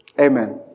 Amen